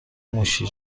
موشی